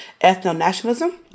ethno-nationalism